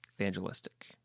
evangelistic